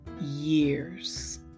years